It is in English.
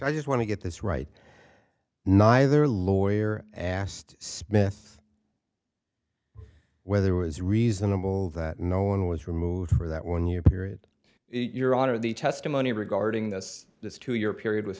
i just want to get this right neither lawyer asked smith whether was reasonable that no one was removed for that one year period your honor the testimony regarding this this two year period was